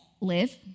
live